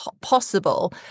possible